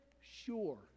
sure